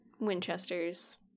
Winchesters